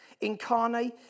Incarnate